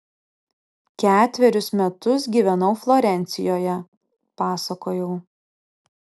ketverius metus gyvenau florencijoje pasakojau